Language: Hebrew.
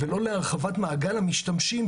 ולא להרחבת מעגל המשתמשים,